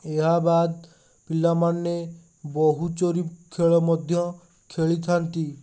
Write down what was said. ଏହା ବାଦ୍ ପିଲାମାନେ ବହୁଚୋରି ଖେଳ ମଧ୍ୟ ଖେଳିଥାନ୍ତି